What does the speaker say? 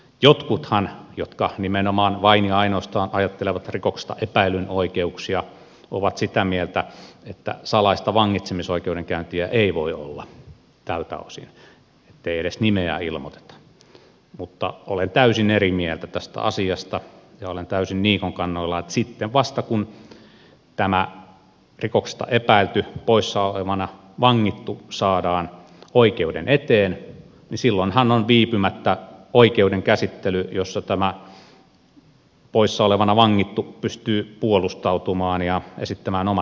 jotkuthan jotka nimenomaan vain ja ainoastaan ajattelevat rikoksesta epäillyn oikeuksia ovat sitä mieltä että salaista vangitsemisoikeudenkäyntiä ei voi olla tältä osin ettei edes nimeä ilmoiteta mutta olen täysin eri mieltä tästä asiasta ja olen täysin niikon kannalla että sitten vasta kun tämä rikoksesta epäilty poissaolevana vangittu saadaan oikeuden eteen silloinhan on viipymättä oikeuden käsittely jossa tämä poissaolevana vangittu pystyy puolustautumaan ja esittämään omat näkemyksensä